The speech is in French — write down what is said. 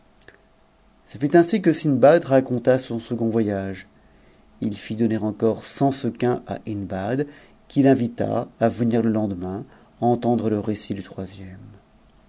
ce fut ainsi que sindbad raconta son second voyage ii fit donner encore cent sequins à hindbad qu'il invita à venir le lendemain entendre le récit du troisième